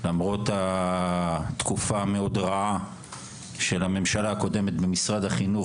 למרות התקופה המאוד רעה של הממשלה הקודמת במשרד החינוך,